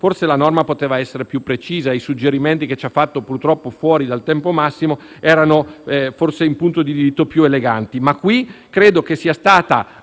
Forse la norma poteva essere più precisa; i suggerimenti che ci ha fatto, purtroppo fuori dal tempo massimo, erano forse in punto di diritto più eleganti. Ma qui credo che, anche